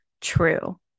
true